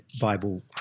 Bible